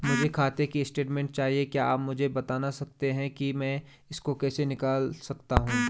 मुझे खाते की स्टेटमेंट चाहिए क्या आप मुझे बताना सकते हैं कि मैं इसको कैसे निकाल सकता हूँ?